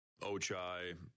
Ochai